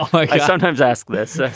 i sometimes ask this.